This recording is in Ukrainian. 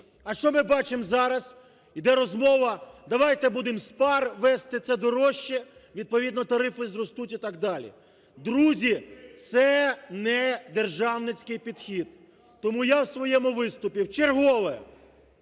А що ми бачимо зараз? Йде розмова: давайте будемо з ПАР везти. Це дорожче, відповідно тарифи зростуть і так далі. Друзі, це недержавницький підхід. Тому я в своєму виступі вчергове,